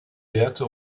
werte